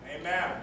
Amen